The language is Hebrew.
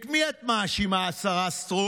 את מי את מאשימה, השרה סטרוק?